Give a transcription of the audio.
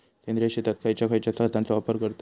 सेंद्रिय शेतात खयच्या खयच्या खतांचो वापर करतत?